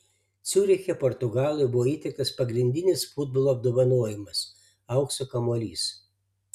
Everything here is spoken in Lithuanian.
ciuriche portugalui buvo įteiktas pagrindinis futbolo apdovanojimas aukso kamuolys